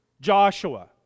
Joshua